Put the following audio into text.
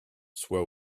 soit